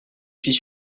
suis